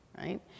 right